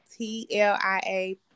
TLIA